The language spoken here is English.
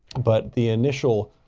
but the initial,